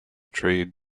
trade